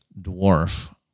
dwarf